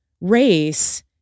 race